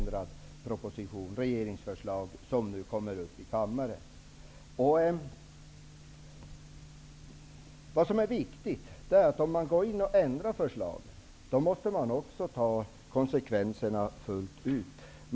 De regeringsförslag som nu kommer till kammaren innebär en totalt förändrad proposition. Om man går in och ändrar förslag är det viktigt att man också tar konsekvenserna fullt ut.